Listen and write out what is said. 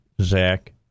Zach